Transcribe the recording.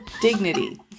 Dignity